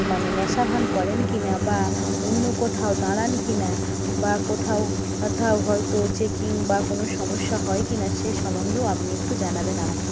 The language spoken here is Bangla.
মানে নেশা ভান করেন কি না বা অন্য কোথাও দাঁড়ান কি না বা কোথাও কোথাও হয়ত চেকিং বা কোনো সমস্যা হয় কি না সে সম্বন্ধেও আপনি একটু জানাবেন আমাকে